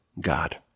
God